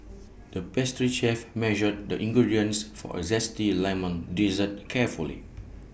the pastry chef measured the ingredients for A Zesty Lemon Dessert carefully